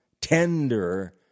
tender